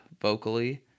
vocally